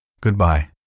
Goodbye